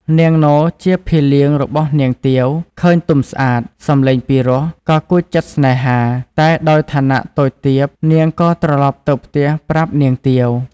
នាងនោជាភិលៀងរបស់នាងទាវ ឃើញទុំស្អាត សំឡេងពិរោះក៏គួចចិត្តសេ្នហា តែដោយឋានៈតូចទាបនាងក៏ត្រឡប់ទៅផ្ទះប្រាប់នាងទាវ។